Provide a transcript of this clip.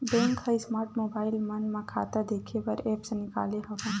bank ह smart mobile मन म खाता देखे बर ऐप्स निकाले हवय